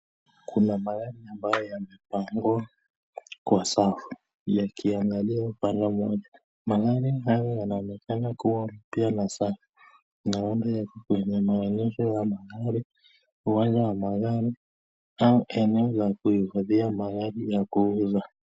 Kuna mangari ambayo yamepangwa kwa sawa yakiangalia upande mmoja. Magari hayo yanaonekana kua mpya na safi. Naona kwenye maegesho ya magari, uwanja wa magari au eneo la kuhifadhia magari ya kuuza.